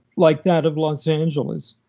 like that of los angeles.